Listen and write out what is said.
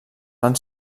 van